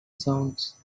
sounds